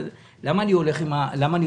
למה אני הולך עם הימין?